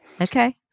Okay